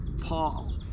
Paul